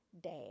dad